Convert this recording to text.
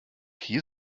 hier